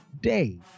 day